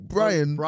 Brian